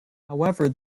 however